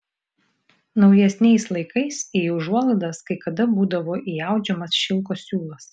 naujesniais laikais į užuolaidas kai kada būdavo įaudžiamas šilko siūlas